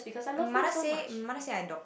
mother say mother say I dog